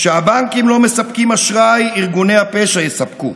כשהבנקים לא מספקים אשראי, ארגוני הפשע יספקו.